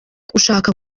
ushaka